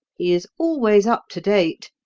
is always up-to date.